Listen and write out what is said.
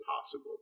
possible